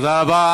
תודה רבה.